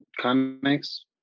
comics